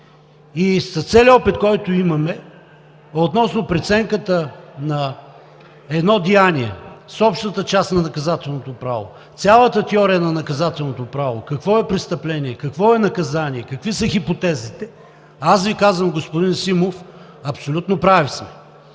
и с целия опит, който имаме относно преценката на едно деяние с общата част на Наказателното право, цялата теория на Наказателното право – какво е престъпление, какво е наказание, какви са хипотезите, аз Ви казвам, господин Симов, абсолютно прави сме.